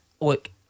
Look